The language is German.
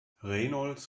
reynolds